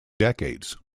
decades